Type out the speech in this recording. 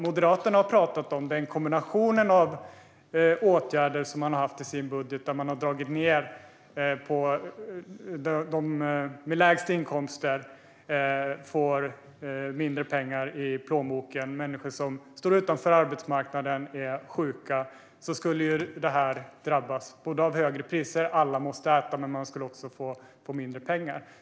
Med den kombination av åtgärder som Moderaterna har i sin budget kommer de människor som har lägst inkomster, till exempel de som står utanför arbetsmarknaden och sjuka, att få såväl högre matpriser - alla måste ju äta - som mindre pengar.